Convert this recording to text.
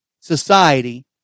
society